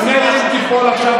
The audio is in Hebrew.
ממילא אם היא תיפול עכשיו,